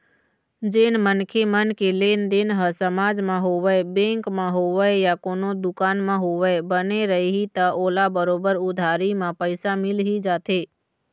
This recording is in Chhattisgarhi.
जेन मनखे मन के लेनदेन ह समाज म होवय, बेंक म होवय या कोनो दुकान म होवय, बने रइही त ओला बरोबर उधारी म पइसा मिल ही जाथे